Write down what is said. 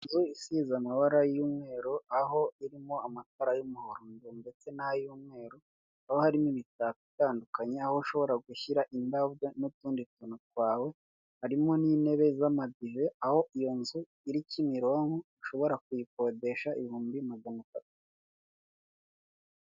Inzu isize amabara y'umweru aho irimo amatara y'umuhondo ndetse n'ay'umweru, aho harimo imitako itandukanye aho ushobora gushyira indabyo n'utundi tuntu twawe, harimo n'intebe z'amadive aho iyo nzu iri Kimironko ushobora kuyikodesha ibihumbi magana atatu.